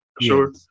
Sure